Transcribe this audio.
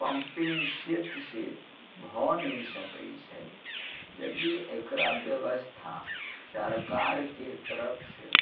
pumping set से भऽ नहि सकैत छै यदि एकरा व्यवस्था सरकारके तरफ से